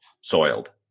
soiled